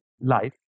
life